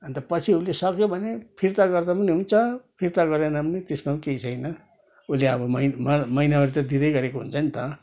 अन्त पछि उसले सक्यो भने फिर्ता गर्दा पनि हुन्छ फिर्ता गरेन भने पनि त्यसमा पनि केही छैन उसले अब महिन महि महिनावारी त दिँदै गरेको हुन्छ नि त